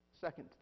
second